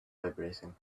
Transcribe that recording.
vibrating